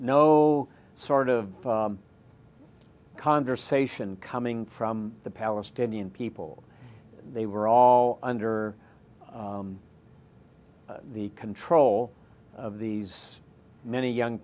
no sort of conversation coming from the palestinian people they were all under the control of these many young